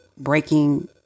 breaking